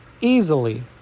easily